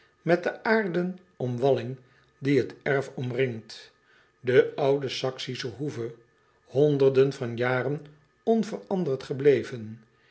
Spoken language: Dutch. met de aarden omwalling die het erf omringt de oude axische hoeve honderden van jaren onveranderd gebleven